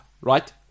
right